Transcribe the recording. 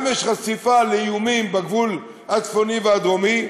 גם יש חשיפה לאיומים בגבול הצפוני והדרומי,